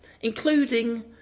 including